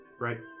Right